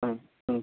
ம் ம்